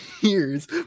years